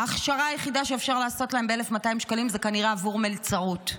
ההכשרה היחידה שאפשר לעשות להם ב-1,200 שקלים היא כנראה עבור מלצרות.